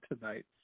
tonight